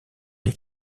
les